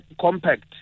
compact